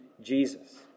Jesus